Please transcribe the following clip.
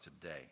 today